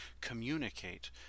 communicate